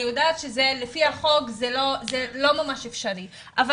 אני יודעת שלפי החוק זה לא ממש אפשרי אבל